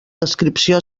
descripció